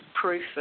proof